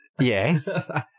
Yes